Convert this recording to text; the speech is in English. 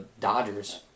Dodgers